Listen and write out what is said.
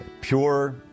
Pure